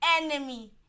enemy